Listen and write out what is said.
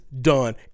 done